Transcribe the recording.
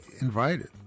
invited